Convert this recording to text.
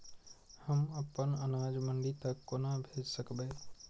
हम अपन अनाज मंडी तक कोना भेज सकबै?